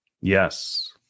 Yes